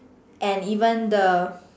and even the